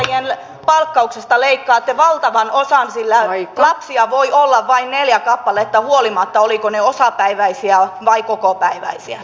perhepäivähoitajien palkkauksesta leikkaatte valtavan osan sillä lapsia voi olla vain neljä kappaletta huolimatta siitä olivatko he osapäiväisiä vai kokopäiväisiä